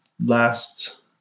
last